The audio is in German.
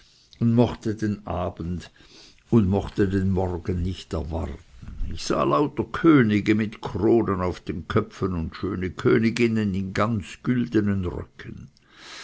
und mochte den abend und mochte den morgen nicht erwarten ich sah lauter könige mit kronen auf den köpfen und schöne königinnen in ganz güldenen röcken